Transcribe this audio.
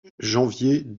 janvier